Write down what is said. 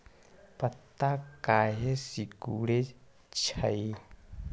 पत्ता काहे सिकुड़े छई?